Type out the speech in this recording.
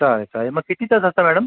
चालेल चालेल मग किती तास असतं मॅडम